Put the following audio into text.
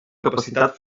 capacitat